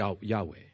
Yahweh